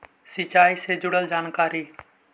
सिंचाई से जुड़ल जानकारी?